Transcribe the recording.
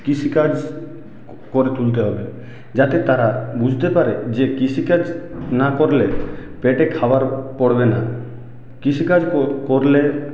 কৃষিকাজ করে তুলতে হবে যাতে তারা বুঝতে পারে যে কৃষিকাজ না করলে পেটে খাবার পড়বে না কৃষিকাজ করলে